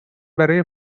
برای